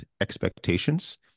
expectations